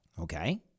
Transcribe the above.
Okay